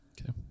Okay